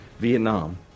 Vietnam